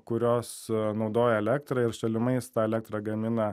kurios naudoja elektrą ir šalimais tą elektrą gamina